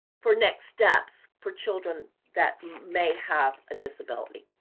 for next steps for children that may have a disability.